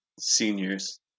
seniors